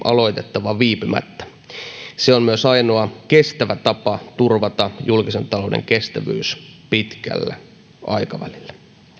aloitettava viipymättä se on myös ainoa kestävä tapa turvata julkisen talouden kestävyys pitkällä aikavälillä